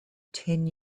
ten